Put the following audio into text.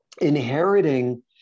inheriting